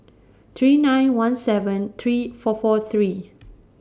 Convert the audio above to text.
three nine one seven three four four three